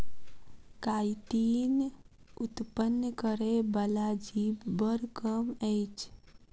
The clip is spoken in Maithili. काइटीन उत्पन्न करय बला जीव बड़ कम अछि